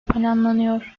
planlanıyor